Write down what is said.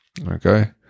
Okay